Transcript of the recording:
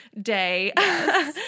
Day